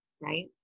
right